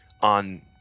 on